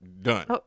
Done